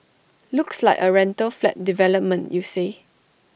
looks like A rental flat development you say